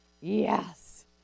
yes